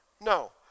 No